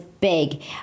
Big